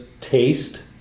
taste